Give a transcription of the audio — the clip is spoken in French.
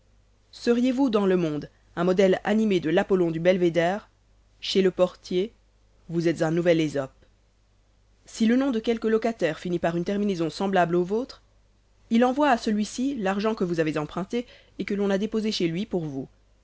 seriez-vous dans le monde un modèle animé de l'apollon du belvéder chez le portier vous êtes un nouvel ésope si le nom de quelque locataire finit par une terminaison semblable au vôtre il envoie à celui-ci l'argent que vous avez emprunté et que l'on a déposé chez lui pour vous